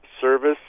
service